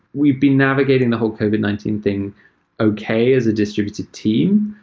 we've been navigating the whole covid nineteen thing okay as a distributed team.